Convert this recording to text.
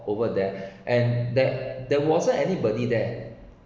over there and there there wasn't anybody there